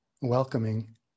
welcoming